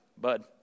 bud